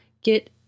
get